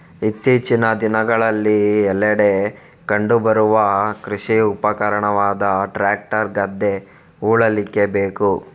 ಇತ್ತೀಚಿನ ದಿನಗಳಲ್ಲಿ ಎಲ್ಲೆಡೆ ಕಂಡು ಬರುವ ಕೃಷಿ ಉಪಕರಣವಾದ ಟ್ರಾಕ್ಟರ್ ಗದ್ದೆ ಉಳ್ಳಿಕ್ಕೆ ಬೇಕು